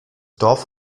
dorf